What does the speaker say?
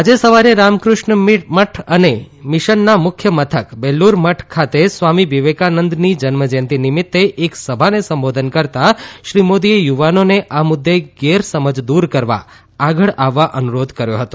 આજે સવારે રામકૃષ્ણ મઠ અને મિશનના મુખ્ય મથક બેલુર મઠ ખાતે સ્વામી વિવેકાનંદની જન્મજયંતિ નિમિત્તે એક સભાને સંબોધન કરતાં શ્રી મોદીએ યુવાનોને આ મુદ્દે ગેરસમજ દૂર કરવા આગળ આવવા અનુરોધ કર્યો હતો